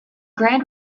grand